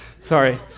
Sorry